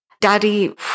Daddy